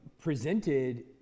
presented